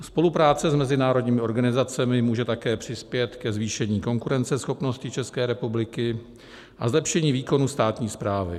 Spolupráce s mezinárodními organizacemi může také přispět ke zvýšení konkurenceschopnosti České republiky a ke zlepšení výkonu státní správy.